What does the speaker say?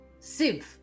Siv